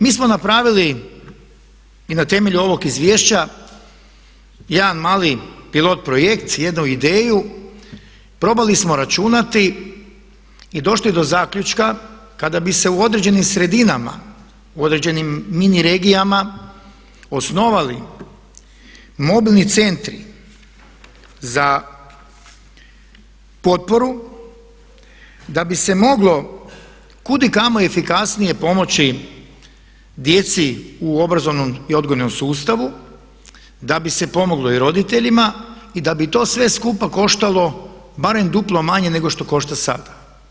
Mi smo napravili i na temelju ovog izvješća jedan mali pilot projekt, jednu ideju, probali smo računati i došli do zaključka kada bi se u određenim sredinama, u određenim mini regijama osnovali mobilni centri za potporu da bi se moglo kudikamo efikasnije pomoći djeci u obrazovnom i odgojnom sustavu, da bi se pomoglo i roditeljima i da bi to sve skupa koštalo barem duplo manje nego što košta sada.